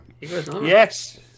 Yes